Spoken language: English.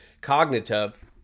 cognitive